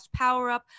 powerup